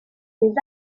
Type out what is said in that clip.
des